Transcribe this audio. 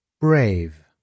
brave